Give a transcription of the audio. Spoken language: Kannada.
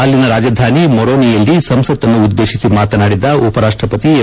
ಅಲ್ಲಿಯ ರಾಜಧಾನಿ ಮೊರೊನಿಯಲ್ಲಿ ಸಂಸತ್ಅನ್ನು ಉದ್ದೇಶಿಸಿ ಮಾತನಾಡಿದ ಉಪರಾಷ್ಟಪತಿ ಎಂ